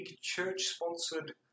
church-sponsored